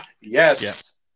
Yes